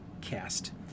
Cast